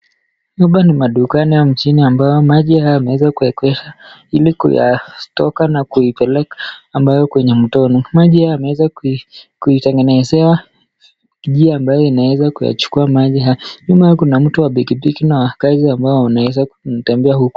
Hapa ni madukani au nchini ambayo maji haya yameweza kuekezwa ili kuyatoka na kuipeleka ambayo kwenye mtoni. Maji haya yameweza kuitengenezea jiwe ambaye inaweza chukua maji haya. Nyuma yake kuna mtu wa pikipiki na wanaweza kutembea huko.